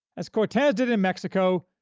as cortes did in mexico,